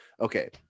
okay